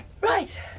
Right